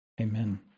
Amen